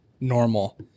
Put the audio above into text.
normal